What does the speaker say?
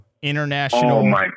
International